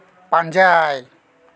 ᱯᱟᱸᱡᱟᱭ